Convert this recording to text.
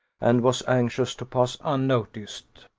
and was anxious to pass unnoticed.